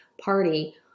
party